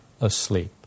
asleep